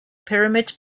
pyramids